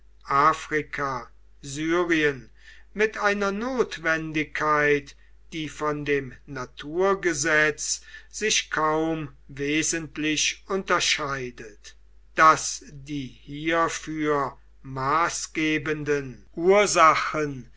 afrika syrien mit einer notwendigkeit die von dem naturgesetz sich kaum wesentlich unterscheidet daß die hierfür maßgebenden ursachen